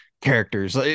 characters